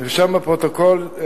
נרשם בפרוטוקול?